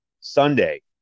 Sunday